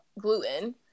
gluten